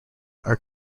are